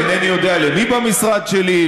אינני יודע למי במשרד שלי,